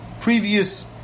previous